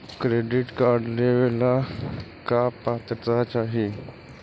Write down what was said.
Credit card लेवेला का पात्रता चाही?